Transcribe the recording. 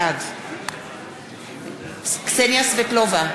בעד קסניה סבטלובה,